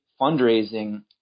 fundraising